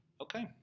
Okay